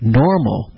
normal